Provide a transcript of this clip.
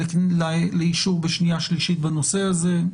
לאישור בשנייה ושלישית בנושא הזה.